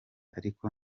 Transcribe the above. ariko